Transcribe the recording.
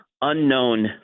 unknown